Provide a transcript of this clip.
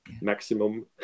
maximum